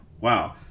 Wow